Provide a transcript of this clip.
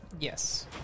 Yes